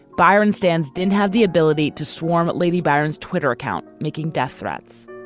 biron stands didn't have the ability to swarm at lady baron's twitter account making death threats.